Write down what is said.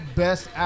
best